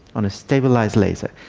on a stabilised laser.